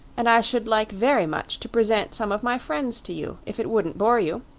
and i should like very much to present some of my friends to you, if it wouldn't bore you.